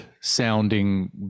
sounding